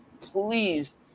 please